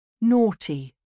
Naughty